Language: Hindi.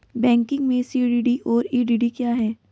बैंकिंग में सी.डी.डी और ई.डी.डी क्या हैं?